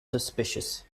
suspicious